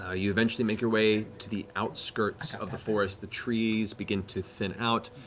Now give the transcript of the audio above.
ah you eventually make your way to the outskirts of the forest, the trees begin to thin out,